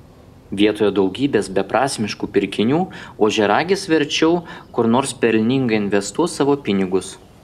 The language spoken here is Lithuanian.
vietoj daugybės beprasmiškų pirkinių ožiaragis verčiau kur nors pelningai investuos savo pinigus